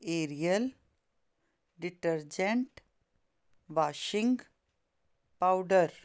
ariel detergent washing powder